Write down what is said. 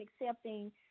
accepting